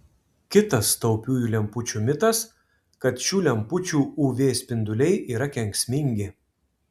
kitas taupiųjų lempučių mitas kad šių lempučių uv spinduliai yra kenksmingi